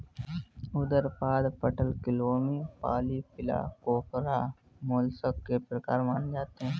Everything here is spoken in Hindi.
उदरपाद, पटलक्लोमी, पॉलीप्लाकोफोरा, मोलस्क के प्रकार माने जाते है